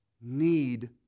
need